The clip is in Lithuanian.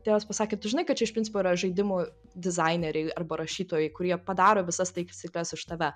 tėvas pasakė tu žinai kad čia iš principo yra žaidimų dizaineriai arba rašytojai kurie padaro visas taisykles už tave